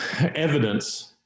evidence